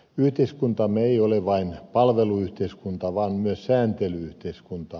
yhteiskuntamme ei ole vain palveluyhteiskunta vaan myös sääntely yhteiskunta